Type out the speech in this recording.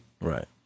Right